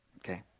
Okay